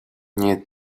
need